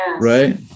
right